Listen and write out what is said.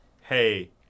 hey